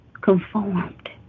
conformed